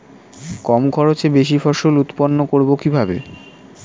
কম খরচে বেশি ফসল উৎপন্ন করব কিভাবে?